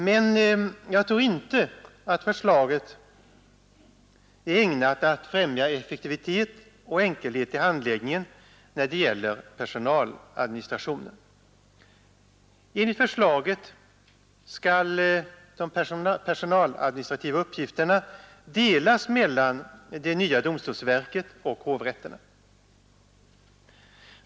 Men jag tror inte att förslaget är ägnat att främja effektivitet och enkelhet i handläggningen när det gäller personaladministrationen. Enligt förslaget skall de personaladministrativa uppgifterna delas mellan det nya domstolsverket och hovrätterna.